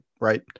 Right